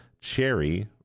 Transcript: Cherry